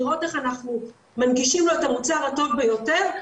לראות איך אנחנו מנגישים לו את המוצר הטוב ביותר,